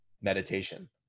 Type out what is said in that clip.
meditation